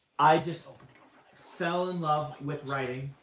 i just so fell in love with writing.